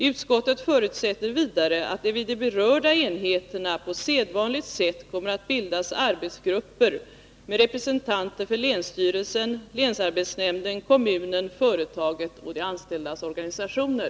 Utskottet förutsätter vidare att det vid de berörda enheterna på sedvanligt sätt kommer att finnas arbetsgrupper med representanter för länsstyrelse, länsarbetshämnd, kommun, företag och de anställdas organisationer.